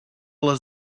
les